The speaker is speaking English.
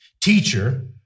Teacher